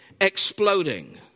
exploding